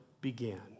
began